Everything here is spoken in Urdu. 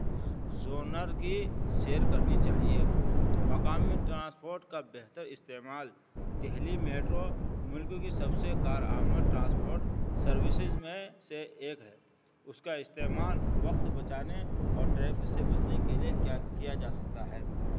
زونر کی شیئر کرنی چاہیے مقامی ٹرانسپورٹ کا بہتر استعمال دہلی میٹرو ملک کی سب سے کارآمد ٹرانسپورٹ سروسز میں سے ایک ہے اس کا استعمال وقت بچانے اور ٹریفک سے بچنے کے رے کیا کیا جا سکتا ہے